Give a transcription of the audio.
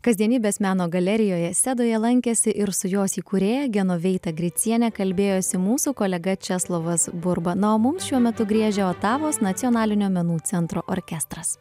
kasdienybės meno galerijoje sedoje lankėsi ir su jos įkūrėja genoveita griciene kalbėjosi mūsų kolega česlovas burba na o mums šiuo metu griežia otavos nacionalinio menų centro orkestras